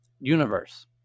Universe